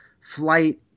flight